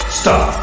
stop